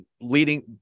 leading